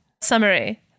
Summary